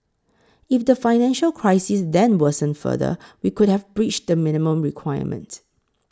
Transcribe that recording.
if the financial crisis then worsened further we could have breached the minimum requirement